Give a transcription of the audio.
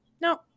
no